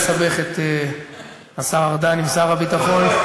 לסבך את השר ארדן עם שר הביטחון.